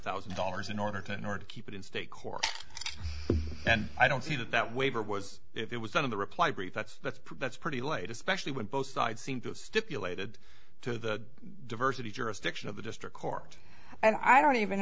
thousand dollars in order to north keep it in state court and i don't see that that waiver was if it was out of the reply brief that's that's that's pretty light especially when both sides seem to stipulated to the diversity jurisdiction of the district court and i don't even